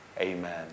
Amen